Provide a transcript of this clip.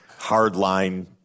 hardline